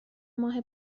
ماه